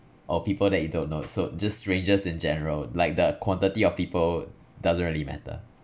oh people that you don't know so just strangers in general like the quantity of people doesn't really matter